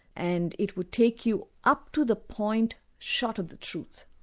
and it would take you up to the point short of the truth.